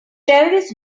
terrorist